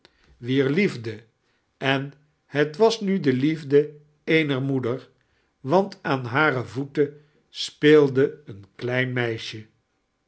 wietr liefde en he was nu de liefde eener moedeir want aan hare voeten speelde een kleiki medsje